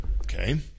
Okay